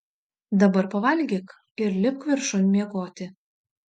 dabar pavalgyk ir lipk viršun miegoti